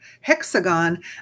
Hexagon